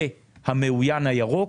והמעוין הירוק